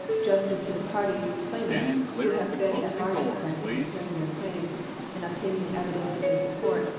justice to the parties claimant, who have been at large expense in preparing their claims and obtaining the evidence in their support,